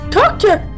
Doctor